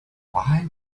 why